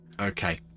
Okay